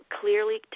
clearly